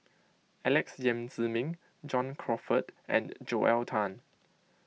Alex Yam Ziming John Crawfurd and Joel Tan